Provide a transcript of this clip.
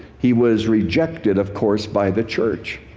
he was rejected, of course, by the church.